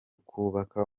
kubaka